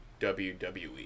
WWE